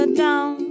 down